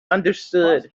understood